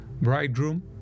bridegroom